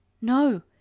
No